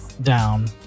down